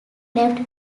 left